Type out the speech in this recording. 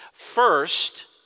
First